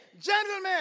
gentlemen